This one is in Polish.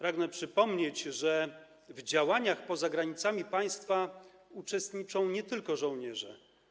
Pragnę przypomnieć, że w działaniach poza granicami państwa uczestniczą nie tylko żołnierze.